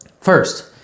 First